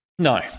No